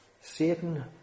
Satan